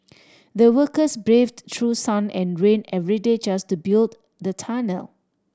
the workers braved through sun and rain every day just to build the tunnel